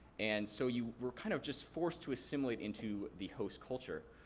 and so you were kind of just forced to assimilate into the host culture.